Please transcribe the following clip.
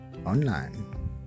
online